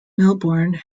melbourne